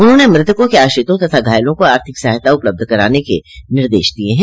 उन्होंने मृतकों के आश्रितों तथा घायलों को आर्थिक सहायता उपलब्ध कराने के निर्देश दिये हैं